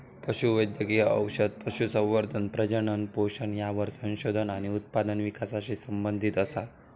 पशु वैद्यकिय औषध, पशुसंवर्धन, प्रजनन, पोषण यावर संशोधन आणि उत्पादन विकासाशी संबंधीत असा